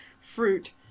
fruit